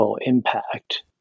impact